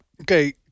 Okay